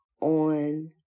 on